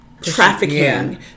trafficking